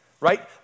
Right